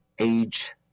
age